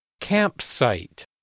Campsite